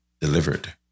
delivered